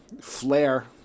Flare